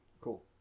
Cool